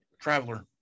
Traveler